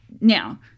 Now